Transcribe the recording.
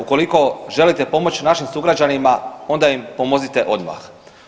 Ukoliko želite pomoć našim sugrađanima onda im pomozite odmah.